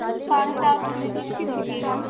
साढ़े चार बजे भेज दीजिएगा